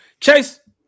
Chase